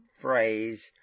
phrase